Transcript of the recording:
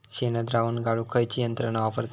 शेणद्रावण गाळूक खयची यंत्रणा वापरतत?